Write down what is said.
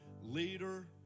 leader